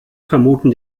vermuten